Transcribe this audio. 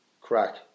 Crack